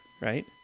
Right